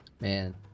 Man